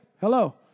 Hello